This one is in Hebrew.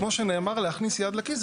כמו שנאמר, להכניס יד לכיס.